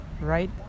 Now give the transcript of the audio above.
right